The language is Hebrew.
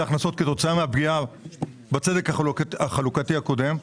ההכנסות כתוצאה מהפגיעה בצדק החלוקתי הקודם.